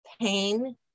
pain